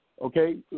Okay